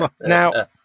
Now